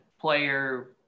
player